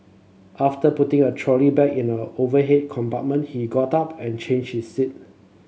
after putting a trolley bag in the overhead compartment he got up and changed his seat